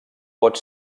pot